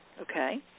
Okay